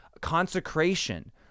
consecration